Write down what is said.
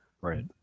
Right